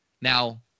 Now